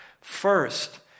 First